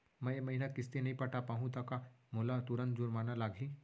मैं ए महीना किस्ती नई पटा पाहू त का मोला तुरंत जुर्माना लागही?